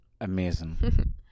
Amazing